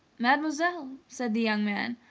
mademoiselle! said the young man.